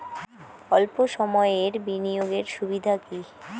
অল্প সময়ের বিনিয়োগ এর সুবিধা কি?